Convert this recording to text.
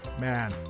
man